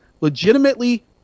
legitimately